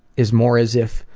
is more as if.